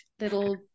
little